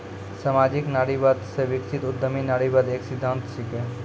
सामाजिक नारीवाद से विकसित उद्यमी नारीवाद एक सिद्धांत छिकै